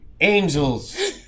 Angels